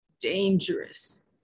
dangerous